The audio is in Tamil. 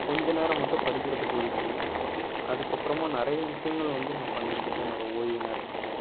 கொஞ்சம் நேரம் மட்டும் படிக்கிறதுக்கு ஒதுக்குவேன் அதுக்கப்புறமா நிறைய விஷியங்களை வந்து நான் பண்ணிகிட்ருப்பேன் என்னோடய ஓய்வு நேரங்களில்